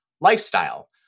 lifestyle